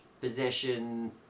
possession